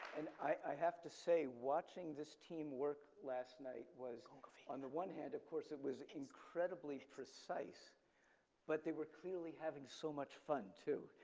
and i have to say watching this team work last night was on the and one hand, of course, it was incredibly precise but they were clearly having so much fun, too.